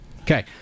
Okay